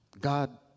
God